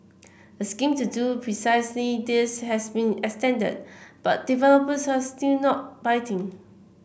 a scheme to do precisely this has been extended but developers are still not biting